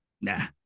nah